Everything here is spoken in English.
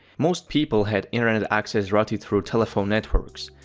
most people had internet access routed through telephone networks.